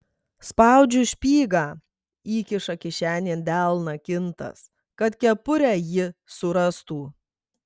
spaudžiu špygą įkiša kišenėn delną kintas kad kepurę ji surastų